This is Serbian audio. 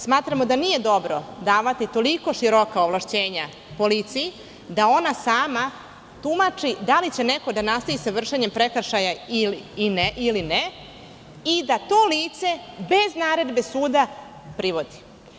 Smatramo da nije dobro davati toliko široka ovlašćenja policiji, da ona sam tumači da li će neko da nastavi sa vršenjem prekršaja ili ne i da to lice bez naredbe suda privodi.